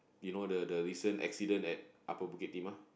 you know the the recent accident at Upper Bukit-Timah